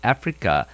Africa